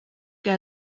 que